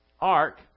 ark